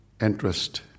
interest